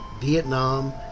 Vietnam